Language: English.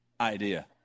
idea